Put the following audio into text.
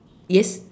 yes